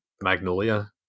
Magnolia